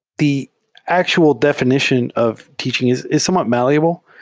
the actual definition of teaching is is somewhat malleable.